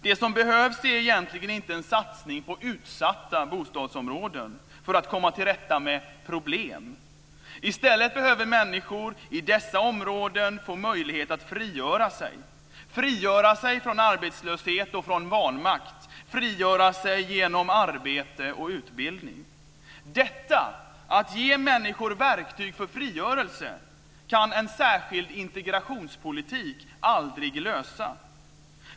Det som behövs är egentligen inte en satsning på utsatta bostadsområden för att komma till rätta med problem. I stället behöver människor i dessa områden få möjlighet att frigöra sig, frigöra sig från arbetslöshet och från vanmakt, frigöra sig genom arbete och utbildning. Detta - att ge människor verktyg för frigörelse - kan en särskild integrationspolitik aldrig lösa.